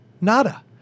Nada